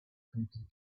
completely